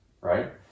right